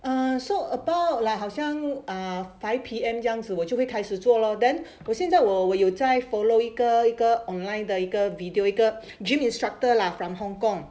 err so about 来好像 uh five P_M 这样子我就会开始做 lor then 我现在我我有在 follow 一个一个 online 的一个 video 一个 gym instructor lah from hong kong